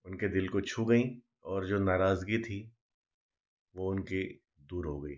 उनके दिल को छू गईं और जो नाराज़गी थी वो उनकी दूर हो गई